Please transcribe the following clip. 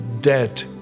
dead